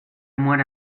muere